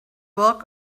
work